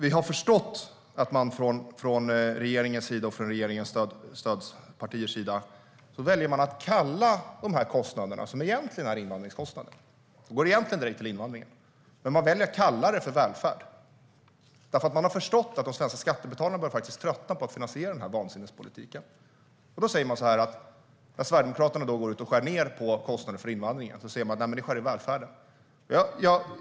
Vi har förstått att man från regeringens och dess stödpartiers sida väljer att kalla de kostnader som egentligen är invandringskostnader och går direkt till invandringen för välfärd. Man har nämligen förstått att de svenska skattebetalarna faktiskt börjar tröttna på att finansiera den här vansinnespolitiken. När Sverigedemokraterna går ut och skär ned på kostnaderna för invandringen, då säger ni att vi skär i välfärden.